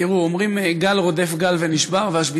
תראו, אומרים "גל רודף גל ונשבר",